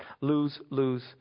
lose-lose